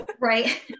right